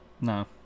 No